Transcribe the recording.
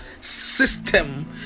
system